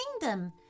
kingdom